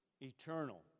eternal